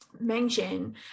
mention